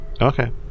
Okay